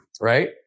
right